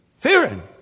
Fearing